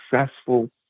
successful